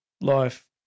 life